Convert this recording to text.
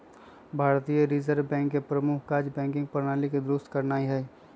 भारतीय reserve bank के प्रमुख काज़ बैंकिंग प्रणाली के दुरुस्त रखनाइ हइ